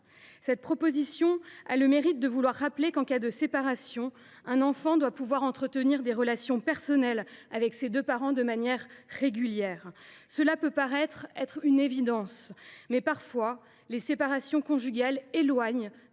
Cette proposition de loi a le mérite de rappeler que, lors d’une séparation, un enfant doit pouvoir entretenir des relations personnelles avec ses deux parents de manière régulière. Cela peut sembler une évidence, mais les séparations conjugales affectent